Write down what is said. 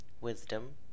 wisdom